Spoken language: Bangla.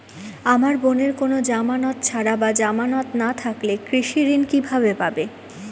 আমার বোনের কোন জামানত ছাড়া বা জামানত না থাকলে কৃষি ঋণ কিভাবে পাবে?